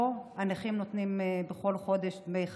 פה הנכים נותנים בכל חודש דמי חבר.